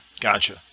Gotcha